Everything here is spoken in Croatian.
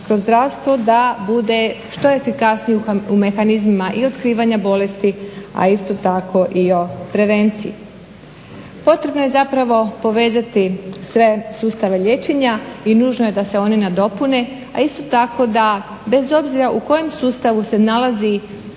kroz zdravstvo, da bude što efikasnije u mehanizmima i otkrivanja bolesti, a isto tako i o prevenciji. Potrebno je zapravo povezati sve sustave liječenja i nužno je da se oni nadopune, a isto tako da bez obzira u kojem sustavu se nalazi